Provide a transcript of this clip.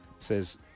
says